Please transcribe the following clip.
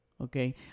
Okay